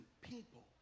people